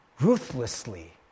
ruthlessly